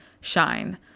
shine